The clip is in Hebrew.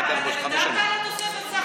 תוספת שכר,